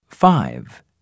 Five